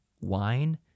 wine